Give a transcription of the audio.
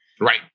Right